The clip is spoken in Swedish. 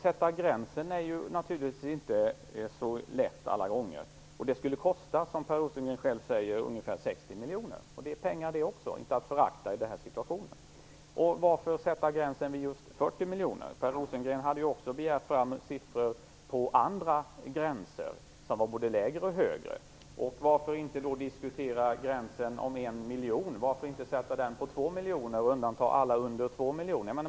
Det är naturligtvis inte så lätt alla gånger att sätta gränsen. Det skulle kosta ungefär 60 miljoner, som Per Rosengren själv säger. Det är pengar det också, och det är inte att förakta i den här situationen. Varför skall man sätta gränsen vid just 40 miljoner? Per Rosengren hade ju också begärt fram siffror på andra gränser som var både lägre och högre. Varför inte diskutera en gräns på 1 miljon? Varför inte sätta den på 2 miljoner och undanta alla under 2 miljoner?